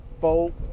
boat